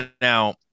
now